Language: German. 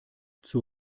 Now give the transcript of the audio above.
zur